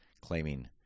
claiming